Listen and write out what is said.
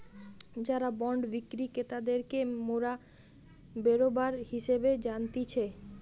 যারা বন্ড বিক্রি ক্রেতাদেরকে মোরা বেরোবার হিসেবে জানতিছে